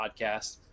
podcast